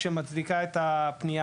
שבו מדובר במיליארדים.